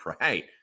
right